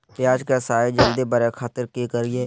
प्याज के साइज जल्दी बड़े खातिर की करियय?